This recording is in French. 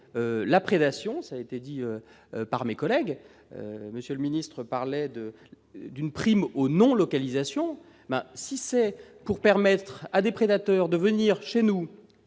la prédation, ça a été dit par mes collègues, monsieur le ministre parlait de d'une prime au non-localisation mais si c'est pour permettre à des prédateurs de venir chez nous